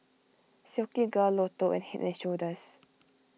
Silkygirl Lotto and Head and Shoulders